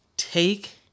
Take